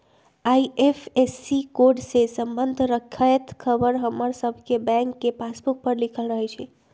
IFSC code से संबंध रखैत ख़बर हमर सभके बैंक के पासबुक पर लिखल रहै छइ